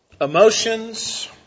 emotions